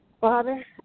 Father